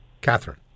Catherine